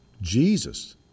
Jesus